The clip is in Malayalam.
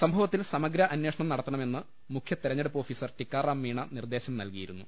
സംഭ വത്തിൽ സമഗ്ര അന്വേഷണം നടത്തണമെന്ന് മുഖ്യ തെരഞ്ഞെ ടുപ്പ് ഓഫീസർ ടിക്കാറാം മീണ നിർദേശം നൽകിയിരുന്നു